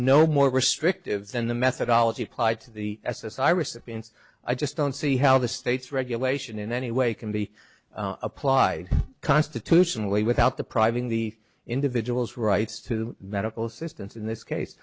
no more restrictive than the methodology applied to the s s i recipients i just don't see how the state's regulation in any way can be applied constitutionally without the priming the individual's rights to medical assistance in this case